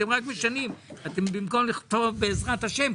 אתם רק משנים ובמקום לכתוב בעזרת השם,